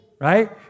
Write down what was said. right